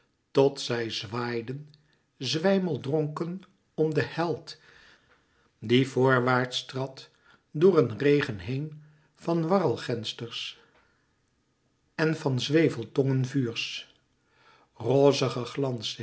tot zij zwaaiden zwijmeldronken om den held die voorwaarts trad door een regen heen van warrelgensters en van zwevetongen vuurs rozige